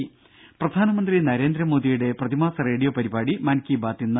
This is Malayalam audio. രുര പ്രധാനമന്ത്രി നരേന്ദ്രമോദിയുടെ പ്രതിമാസ റേഡിയോ പരിപാടി മൻകി ബാത്ത് ഇന്ന്